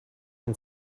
can